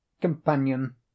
Companion